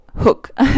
hook